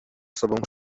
sobą